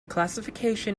classification